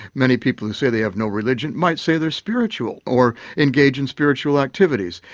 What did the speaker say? many people who say they have no religion might say they're spiritual or engage in spiritual activities.